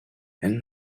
and